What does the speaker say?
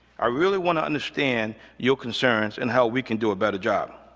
i really want to understand your concerns and how we can do a better job.